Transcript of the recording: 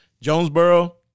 Jonesboro